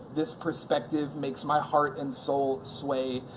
this perspective makes my heart and soul sway.